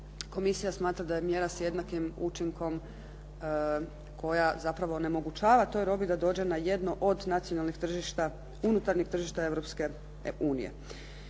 komisija smatra da je mjera s jednakim učinkom koja zapravo onemogućava toj robi da dođe na jedno od nacionalnih tržišta, unutarnjeg tržišta Europske unije.